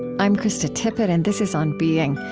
i'm krista tippett, and this is on being.